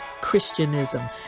Christianism